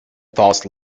falls